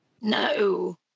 No